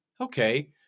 Okay